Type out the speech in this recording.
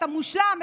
את המושלם,